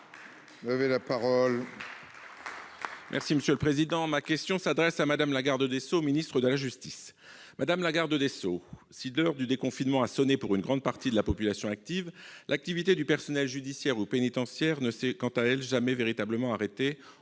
Les Républicains. Ma question s'adresse à Mme la garde des sceaux, ministre de la justice. Madame la garde des sceaux, si l'heure du déconfinement a sonné pour une grande partie de la population active, l'activité du personnel judiciaire ou pénitentiaire ne s'est quant à elle jamais véritablement arrêtée